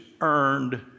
earned